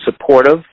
supportive